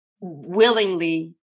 willingly